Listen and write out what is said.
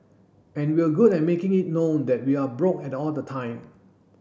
and we're good at making it known that we are broke at all the time